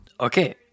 okay